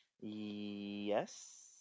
Yes